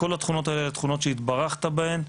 כל התכונות האלה אלו תכונות שהתברכת בהן,